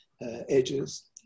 edges